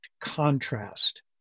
contrast